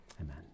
amen